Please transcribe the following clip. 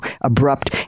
abrupt